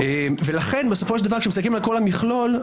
לכן בסופו של דבר כשמסתכלים על כל המכלול,